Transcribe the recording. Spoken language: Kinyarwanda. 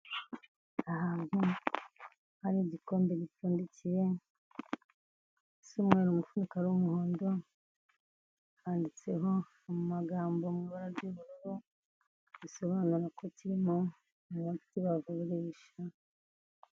Ahantu hari igikombe gipfundikiye gisa umweru umufuniko ari umuhondo handitseho amagambo mu ibara ry'ubururu bisobanura ko kirimo umuti bagurisha.